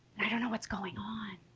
i don't know what's going on